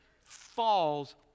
falls